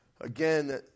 again